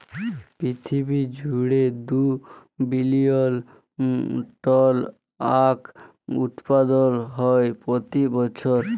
পিরথিবী জুইড়ে দু বিলিয়ল টল আঁখ উৎপাদল হ্যয় প্রতি বসর